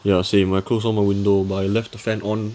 ya same I close all my window but I left the fan on